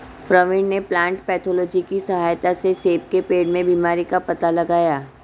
प्रवीण ने plant pathology की सहायता से सेब के पेड़ में बीमारी का पता लगाया